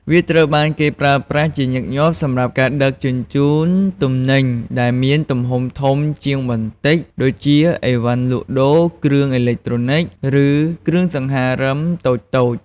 វាត្រូវបានគេប្រើប្រាស់ជាញឹកញាប់សម្រាប់ការដឹកជញ្ជូនទំនិញដែលមានទំហំធំជាងបន្តិចដូចជាឥវ៉ាន់លក់ដូរ គ្រឿងអេឡិចត្រូនិច ឬគ្រឿងសង្ហារឹមតូចៗ។